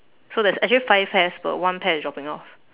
so there's actually five pears but one pear is dropping off